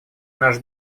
наш